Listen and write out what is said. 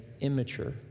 immature